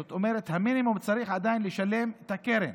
זאת אומרת, המינימום, עדיין צריך לשלם את הקרן,